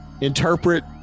interpret